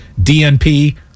DNP